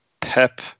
pep